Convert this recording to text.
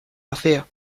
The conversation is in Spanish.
vacía